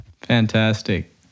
fantastic